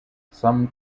some